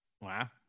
Wow